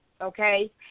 okay